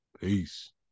Peace